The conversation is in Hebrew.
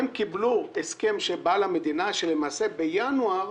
הם קיבלו הסכם מהמדינה שלמעשה בינואר